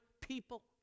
people